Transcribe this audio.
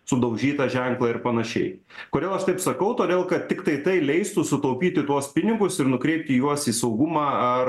sudaužytą ženklą ir panašiai kodėl aš taip sakau todėl kad tiktai tai leistų sutaupyti tuos pinigus ir nukreipti juos į saugumą ar